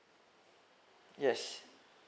yes